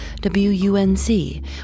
WUNC